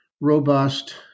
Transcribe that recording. robust